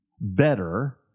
better